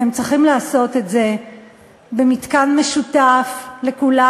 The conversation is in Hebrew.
והם צריכים לעשות את זה במתקן משותף לכולם.